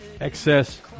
excess